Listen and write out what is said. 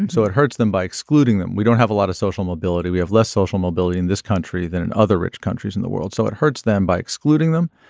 and so it hurts them by excluding them. we don't have a lot of social mobility we have less social mobility in this country than in other rich countries in the world so it hurts them by excluding them.